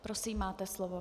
Prosím, máte slovo.